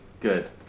Good